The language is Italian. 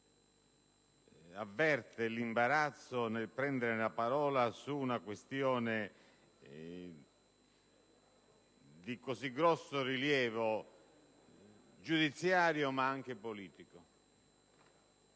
avverte l'imbarazzo nel prendere la parola su una questione che ha un grande rilievo giudiziario, ma anche politico;